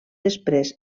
després